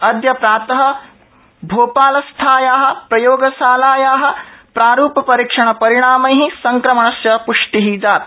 अद्य प्रात भोपालस्थाया प्रयोगशालाया प्रारूपपरीक्षण परिणामै संक्रमणस्य पृष्टि जाता